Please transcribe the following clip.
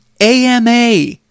AMA